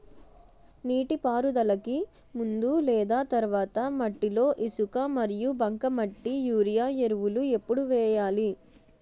నీటిపారుదలకి ముందు లేదా తర్వాత మట్టిలో ఇసుక మరియు బంకమట్టి యూరియా ఎరువులు ఎప్పుడు వేయాలి?